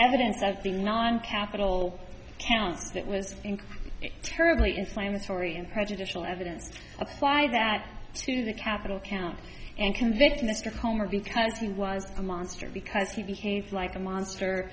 evidence of the non capital counts that was terribly inflammatory and prejudicial evidence apply that to capital count and convict mr homer because he was a monster because he behaved like a monster